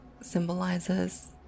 symbolizes